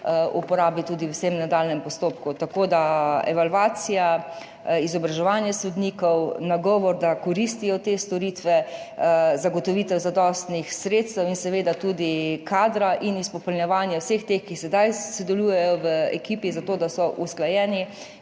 uporabi tudi v nadaljnjem postopku. Tako da evalvacija, izobraževanje sodnikov, nagovor, da te storitve koristijo, zagotovitev zadostnih sredstev in seveda tudi kadra in izpopolnjevanje vseh teh, ki sedaj sodelujejo v ekipi, zato da so usklajeni,